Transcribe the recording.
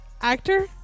Actor